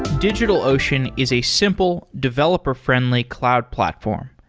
digitalocean is a simple, developer-friendly cloud platform.